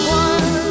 one